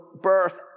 birth